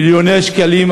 מיליוני שקלים,